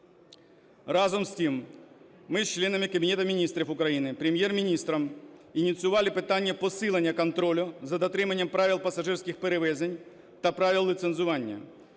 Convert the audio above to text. Разом з тим ми з членами Кабінету Міністрів України, Прем'єр-міністром ініціювали питання посилення контролю за дотримання правил пасажирських перевезень та правил ліцензування.